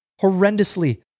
horrendously